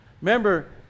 Remember